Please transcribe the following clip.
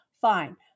Fine